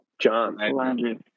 John